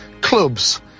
clubs